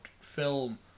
film